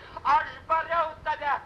aš bariau tave